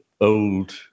old